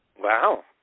Wow